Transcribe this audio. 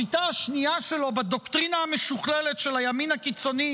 השיטה השנייה שלו בדוקטרינה המשוכללת של הימין הקיצוני